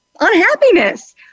unhappiness